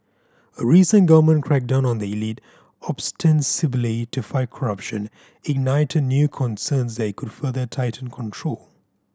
a recent government crackdown on the elite ostensibly to fight corruption ignited new concerns that it could further tighten control